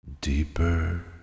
Deeper